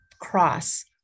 cross